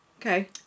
Okay